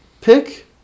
pick